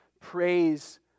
praise